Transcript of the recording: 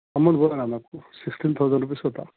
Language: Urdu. مکمل بول رہا نہ آپ کو سکسٹین تھاؤزنڈ روپیز ہوتا